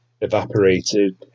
evaporated